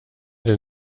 denn